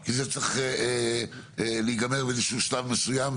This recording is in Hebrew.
כי זה צריך להיגמר בשלב מסוים,